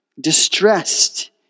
Distressed